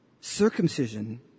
circumcision